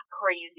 crazy